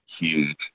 huge